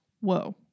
whoa